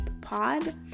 pod